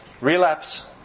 relapse